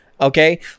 okay